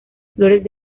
flores